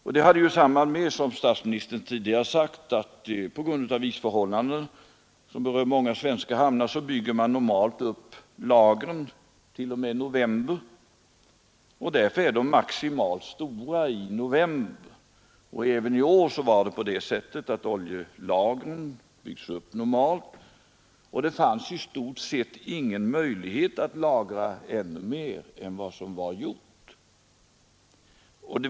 Detta i sin tur sammanhänger med, som statsministern tidigare sagt, att på grund av isförhållanden som berör många svenska hamnar bygger man normalt upp lagren så att de är maximalt stora i november. Även i år hade oljelagren byggts upp normalt, och det fanns i stort sett ingen möjlighet att lagra mer än vad som redan skett.